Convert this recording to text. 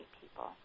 people